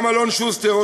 גם אלון שוסטר,